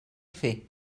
fer